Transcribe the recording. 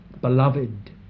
Beloved